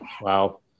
Wow